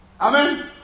Amen